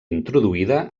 introduïda